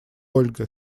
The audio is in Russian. ольга